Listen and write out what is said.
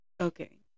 okay